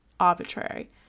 Arbitrary